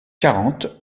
quarante